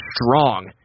strong